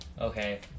okay